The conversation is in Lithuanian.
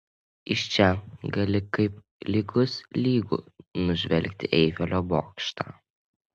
iš čia gali kaip lygus lygų nužvelgti eifelio bokštą